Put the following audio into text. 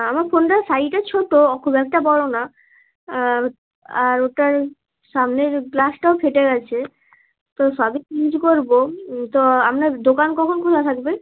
আমার ফোনটা সাইজে ছোটো ও খুব একটা বড় না আর ওটার সামনের গ্লাসটাও ফেটে গিয়েছে তো সবই চেঞ্জ করব তো আপনার দোকান কখন খোলা থাকবে